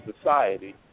society